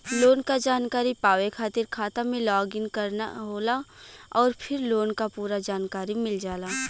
loan क जानकारी पावे खातिर खाता में लॉग इन करना होला आउर फिर लोन क पूरा जानकारी मिल जाला